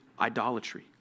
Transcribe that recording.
idolatry